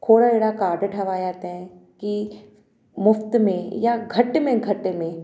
खोड़ अहिड़ा कार्ड ठाहिरायां अथईं की मुफ़्त में या घटि में घटि में